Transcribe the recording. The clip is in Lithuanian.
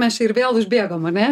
mes čia ir vėl užbėgom ar ne